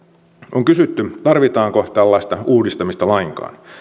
on kysytty tarvitaanko tällaista uudistamista lainkaan